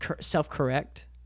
self-correct